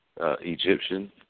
Egyptian